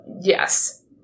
Yes